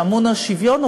שאמון על שוויון,